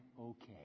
okay